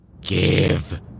Give